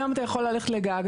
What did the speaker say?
היום אתה יכול ללכת לגג,